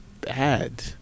Bad